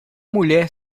mulher